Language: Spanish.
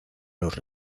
los